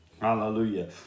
hallelujah